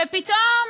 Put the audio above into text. ופתאום,